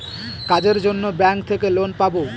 কাজের জন্য ব্যাঙ্ক থেকে লোন পাবো